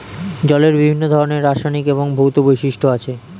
জলের বিভিন্ন ধরনের রাসায়নিক এবং ভৌত বৈশিষ্ট্য আছে